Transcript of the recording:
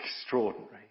extraordinary